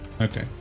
Okay